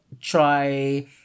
try